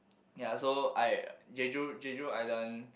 ya so I Jeju Jeju Island